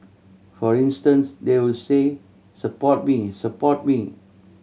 for instance they will say support me support me